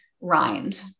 rind